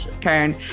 Karen